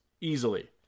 easily